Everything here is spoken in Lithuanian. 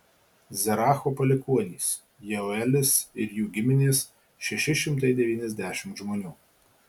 zeracho palikuonys jeuelis ir jų giminės šeši šimtai devyniasdešimt žmonių